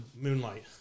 moonlight